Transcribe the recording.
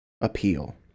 appeal